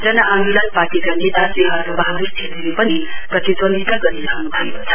जन आन्दोलन पार्टीका नेता श्री हर्क बहादुर छेत्री पनि प्रतिदून्दिता गरिहनु भएको छ